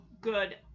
good